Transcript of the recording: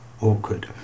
awkward